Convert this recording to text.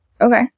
Okay